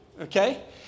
okay